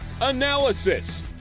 analysis